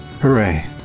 Hooray